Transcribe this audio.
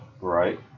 Right